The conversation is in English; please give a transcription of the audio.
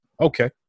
Okay